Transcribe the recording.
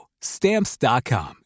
Stamps.com